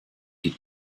die